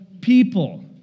people